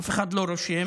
אף אחד לא רושם.